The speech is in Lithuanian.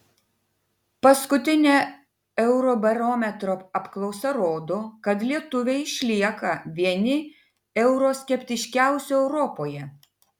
paskutinė eurobarometro apklausa rodo kad lietuviai išlieka vieni euroskeptiškiausių europoje